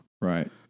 Right